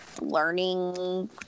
learning